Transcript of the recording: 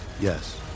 Yes